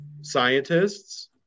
scientists